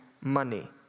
money